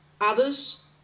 others